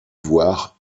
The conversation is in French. voir